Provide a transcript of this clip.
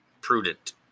prudent